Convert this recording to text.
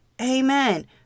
Amen